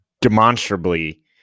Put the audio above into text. demonstrably